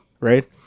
right